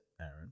Aaron